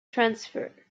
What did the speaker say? transfer